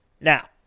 Now